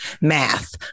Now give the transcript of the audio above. math